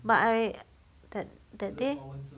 but I that that day